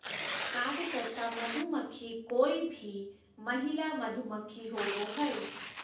कार्यकर्ता मधुमक्खी कोय भी महिला मधुमक्खी होबो हइ